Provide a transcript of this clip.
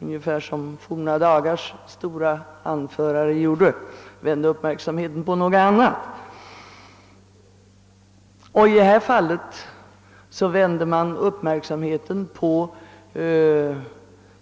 Ungefär som forna dagars stora härförare vänder man uppmärksamheten mot något annat — mot